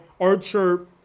Archer